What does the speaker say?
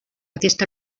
aquest